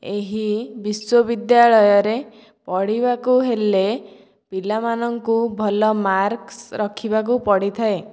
ଏହି ବିଶ୍ୱବିଦ୍ୟାଳୟରେ ପଢ଼ିବାକୁ ହେଲେ ପିଲାମାନଙ୍କୁ ଭଲ ମାର୍କସ୍ ରଖିବାକୁ ପଡ଼ିଥାଏ